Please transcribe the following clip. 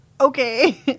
Okay